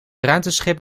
ruimteschip